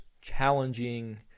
challenging